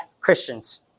Christians